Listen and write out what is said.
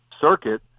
circuit